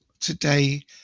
Today